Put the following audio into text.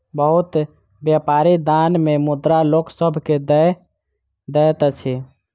बहुत व्यापारी दान मे मुद्रा लोक सभ के दय दैत अछि